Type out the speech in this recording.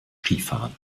skifahren